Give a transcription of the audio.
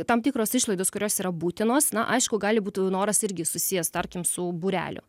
tam tikros išlaidos kurios yra būtinos na aišku gali būt noras irgi susijęs tarkim su būreliu